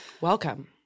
Welcome